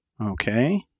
okay